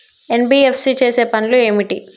NBFC చేసే పనులు ఏమిటి?